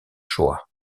shoah